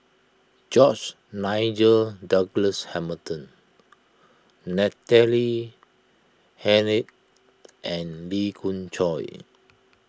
George Nigel Douglas Hamilton Natalie Hennedige and Lee Khoon Choy